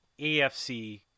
AFC